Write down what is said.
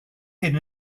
hyn